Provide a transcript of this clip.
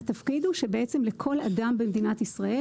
התפקיד הוא בעצם שלכל אדם במדינת ישראל